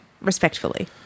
Respectfully